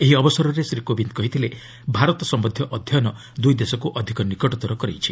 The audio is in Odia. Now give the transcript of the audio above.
ଏହି ଅବସରରେ ଶ୍ରୀ କୋବିନ୍ କହିଥିଲେ ଭାରତ ସମ୍ଭନ୍ଧୀୟ ଅଧ୍ୟୟନ ଦୁଇ ଦେଶକୁ ଅଧିକ ନିକଟତର କରିଛି